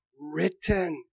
written